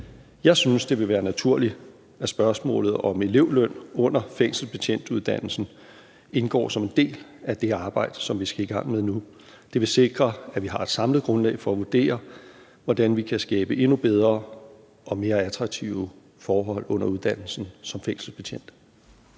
Jeg synes, at det vil være naturligt, at spørgsmålet om elevløn under fængselsbetjentuddannelsen indgår som en del af det arbejde, som vi skal i gang med nu. Det vil sikre, at vi har et samlet grundlag for at vurdere, hvordan vi kan skabe endnu bedre og mere attraktive forhold under uddannelsen til fængselsbetjent.